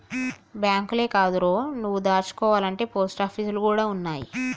బాంకులే కాదురో, నువ్వు దాసుకోవాల్నంటే పోస్టాపీసులు గూడ ఉన్నయ్